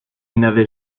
n’avait